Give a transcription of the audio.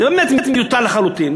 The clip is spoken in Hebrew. זה באמת מיותר לחלוטין,